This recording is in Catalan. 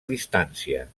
distància